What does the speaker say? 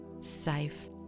safe